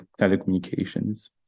telecommunications